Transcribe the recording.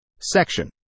Section